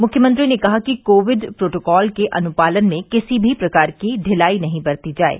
मुख्यमंत्री ने कहा कि कोविड प्रोटोकाल के अनुपालन में किसी प्रकार की ढिलाई नहीं बरती जाये